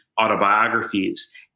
autobiographies